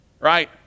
Right